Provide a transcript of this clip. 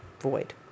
void